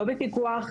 לא בפיקוח,